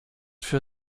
für